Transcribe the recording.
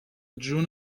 جون